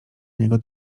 niego